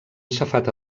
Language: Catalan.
safata